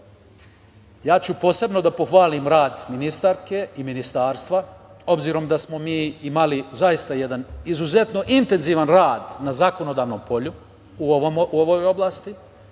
ću posebno da pohvalim rad ministarke i ministarstva, obzirom da smo mi imali zaista jedan izuzetno intenzivan rad na zakonodavnom polju u ovoj oblasti